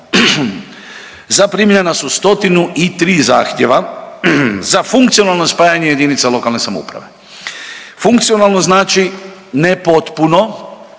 zaprimljena su 103 zahtjeva za funkcionalno spajanje jedinica lokalne samouprave. Funkcionalno znači ne potpuno